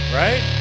right